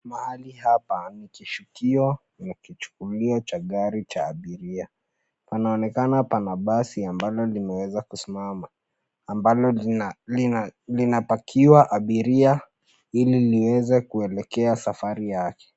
Mahali hapa ni kishukio na kichukulio cha gari cha abiria. Panaonekana pana basi ambalo limeweza kusimama, ambalo linapakiwa abiria ili liweze kuelekea safari yake.